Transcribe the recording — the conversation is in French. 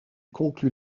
conclut